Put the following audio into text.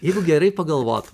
jeigu gerai pagalvot